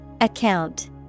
Account